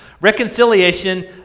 Reconciliation